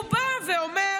הוא בא ואומר: